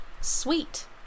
sweet